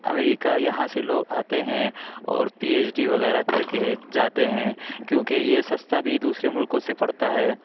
امریکہ یہاں سے لوگ آتے ہیں اور پی ایچ ڈی وغیرہ کر کے جاتے ہیں کیوںکہ یہ سَستا بھی دوسروں ملکوں سے پڑتا ہے